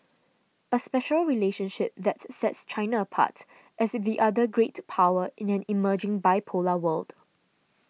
a special relationship that sets China apart as the other great power in an emerging bipolar world